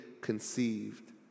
conceived